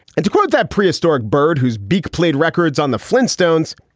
and to quote that prehistoric bird whose beak played records on the flintstones,